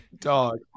dog